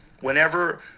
whenever